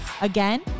Again